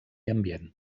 ambient